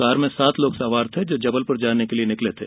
car में सात लोग सवार थे जो जबलपुर जाने के लिये निकले थे